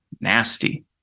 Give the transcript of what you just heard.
nasty